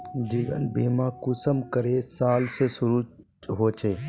जीवन बीमा कुंसम करे साल से शुरू होचए?